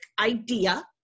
idea